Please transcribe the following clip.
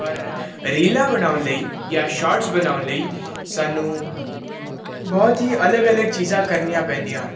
ਪਰ ਰੀਲਾਂ ਬਣਾਉਣ ਲਈ ਜਾਂ ਸ਼ੋਟਸ ਬਣਾਉਣ ਲਈ ਸਾਨੂੰ ਬਹੁਤ ਹੀ ਅਲੱਗ ਅਲੱਗ ਚੀਜ਼ਾਂ ਕਰਨੀਆ ਪੈਂਦੀਆਂ ਹਨ